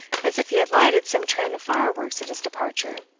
as if he had lighted some train of fireworks at his departure.